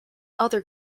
other